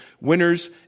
winners